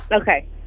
Okay